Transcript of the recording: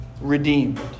redeemed